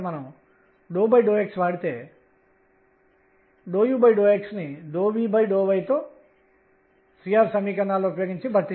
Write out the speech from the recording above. మరియు n అనేది కోణీయ ద్రవ్యవేగం యొక్క z కాంపోనెంట్ కి అంశానికి సంబంధించినది